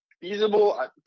feasible